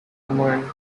command